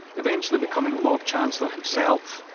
eventually becoming lord chancellor himself.